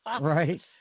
Right